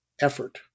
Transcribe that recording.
effort